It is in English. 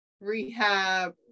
rehab